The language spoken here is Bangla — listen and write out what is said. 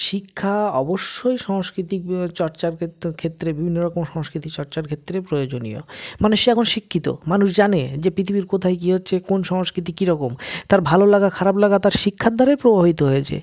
শিক্ষা অবশ্যই সাংস্কৃতিক চর্চার ক্ষেত্র ক্ষেত্রে বিভিন্ন রকম সংস্কৃতি চর্চার ক্ষেত্রে প্রয়োজনীয় মানুষ সে এখন শিক্ষিত মানুষ জানে যে পৃথিবীর কোথায় কী হচ্ছে কোন সংস্কৃতি কীরকম তার ভালো লাগা খারাপ লাগা তার শিক্ষার দ্বারাই প্রভাবিত হয়েছে